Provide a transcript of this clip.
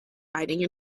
riding